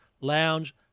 lounge